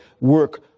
work